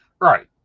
right